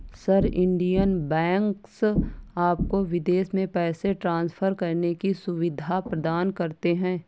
sir, Indian banks आपको विदेशों में पैसे ट्रान्सफर करने की सुविधा प्रदान करते हैं